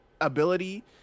ability